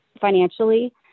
financially